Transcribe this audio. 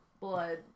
blood